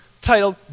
titled